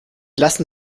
lassen